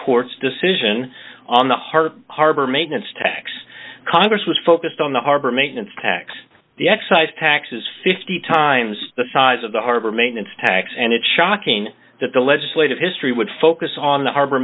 court's decision on the heart harbor maintenance tax congress was focused on the harbor maintenance tax the excise tax is fifty times the size of the harbor maintenance tax and it's shocking that the legislative history would focus on the harbor